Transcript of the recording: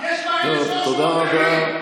יש כבר, תודה רבה.